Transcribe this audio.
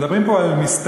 מדברים פה על המסתננים,